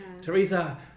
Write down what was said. Teresa